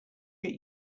get